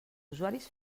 usuaris